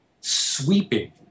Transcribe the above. sweeping